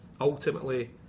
ultimately